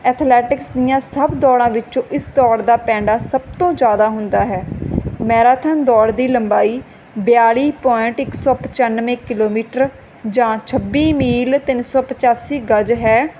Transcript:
athletics ਦੀਆਂ ਸਭ ਦੌੜਾਂ ਵਿੱਚੋਂ ਇਸ ਦੌੜ ਦਾ ਪੈਂਡਾ ਸਭ ਤੋਂ ਜ਼ਿਆਦਾ ਹੁੰਦਾ ਹੈ ਮੈਰਾਥਨ ਦੌੜ ਦੀ ਲੰਬਾਈ ਬਿਆਲੀ ਪੁਆਇੰਟ ਇੱਕ ਸੌ ਪਚਾਨਵੇਂ ਕਿਲੋਮੀਟਰ ਜਾਂ ਛੱਬੀ ਮੀਲ ਤਿੰਨ ਸੌ ਪਚਾਸੀ ਗੱਜ ਹੈ